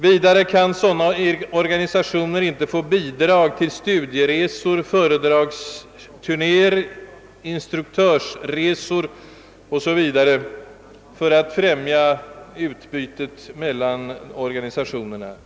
Vidare kan sådana organisationer genom detta centrum inte få bidrag till studieresor, föredragsturnéer, instruktörsresor o.s.v. för att främja olika slag av utbyte mellan organisationerna.